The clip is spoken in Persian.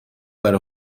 برا